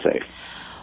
safe